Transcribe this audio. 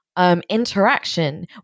Interaction